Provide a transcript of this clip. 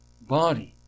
body